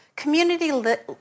Community